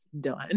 done